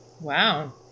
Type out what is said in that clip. wow